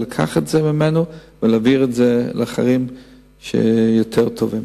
לקחת את זה ממנו ולהעביר את זה לאחרים שהם יותר טובים.